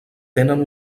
tenen